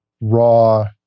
raw